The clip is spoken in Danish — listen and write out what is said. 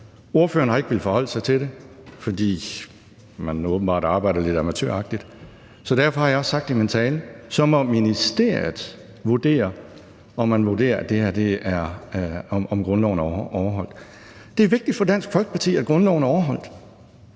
Ordføreren har ikke villet forholde sig til det, fordi man åbenbart arbejder lidt amatøragtigt, så derfor har jeg også sagt i min tale, at så må ministeriet vurdere, om grundloven er overholdt i det her. Det er vigtigt for Dansk Folkeparti, at grundloven er overholdt.